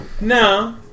No